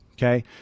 Okay